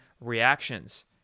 reactions